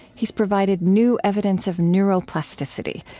he's provided new evidence of neuroplasticity,